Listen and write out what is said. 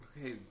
Okay